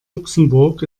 luxemburg